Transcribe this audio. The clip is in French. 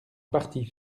partie